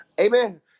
Amen